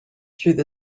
through